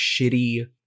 shitty